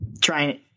trying –